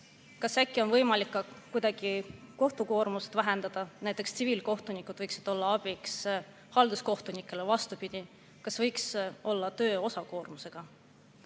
Kas äkki on võimalik kuidagi kohtu koormust vähendada? Näiteks tsiviilkohtunikud võiksid olla abiks halduskohtunikele või vastupidi. Kas töö võiks olla osakoormusega?